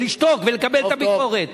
ולשתוק ולקבל את הביקורת.